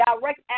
direct